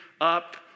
up